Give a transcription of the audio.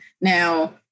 Now